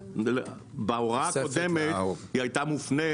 בהוראה הקודמת היא הייתה מופנית